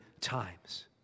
times